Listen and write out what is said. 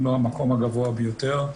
אם לא המקום הגבוה ביותר,